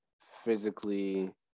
physically